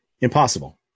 Impossible